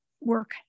Work